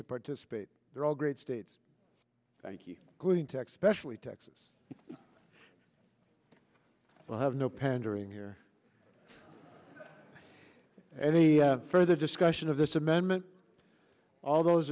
to participate they're all great states thank you green tech specially texas well have no pandering here any further discussion of this amendment all those